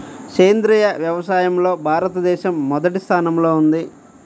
సేంద్రీయ వ్యవసాయంలో భారతదేశం మొదటి స్థానంలో ఉంది